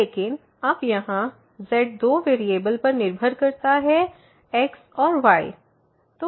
लेकिन अब यहाँ z दो वेरिएबल पर निर्भर करता है x और y